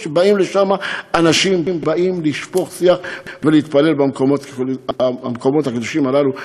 אנשים באים לשפוך שיח ולהתפלל במקומות הקדושים הללו.